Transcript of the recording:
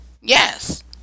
yes